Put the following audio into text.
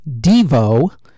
Devo